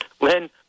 Lynn